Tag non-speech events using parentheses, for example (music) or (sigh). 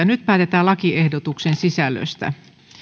(unintelligible) nyt päätetään lakiehdotuksen sisällöstä